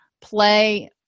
play